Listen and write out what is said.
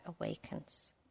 awakens